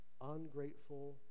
ungrateful